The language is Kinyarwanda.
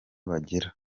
bagera